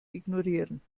ignorieren